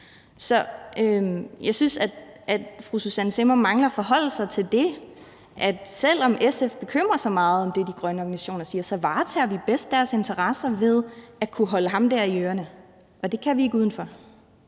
Så jeg synes, at fru Susanne Zimmer mangler at forholde sig til det, at selv om SF bekymrer sig meget om det, de grønne organisationer siger, så varetager vi bedst deres interesser ved at kunne holde transportministeren i ørerne – og det kan vi ikke udenfor.